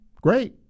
great